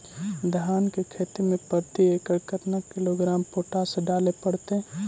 धान की खेती में प्रति एकड़ केतना किलोग्राम पोटास डाले पड़तई?